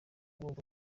bwoko